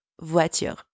voiture